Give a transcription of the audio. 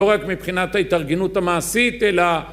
לא רק מבחינת ההתארגנות המעשית אלא